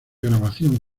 grabación